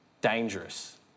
Dangerous